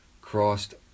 crossed